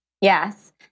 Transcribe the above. Yes